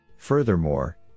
Furthermore